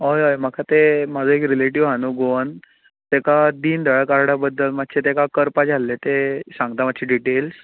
हय हय म्हाका तें म्हजो एक रिलेटीव्ह आसा न्हू गोवन ताका दीन दयाल कार्डा बद्दल मातशें ताका करपाचें आसलें ते सांगता मातशें डिटॅल्स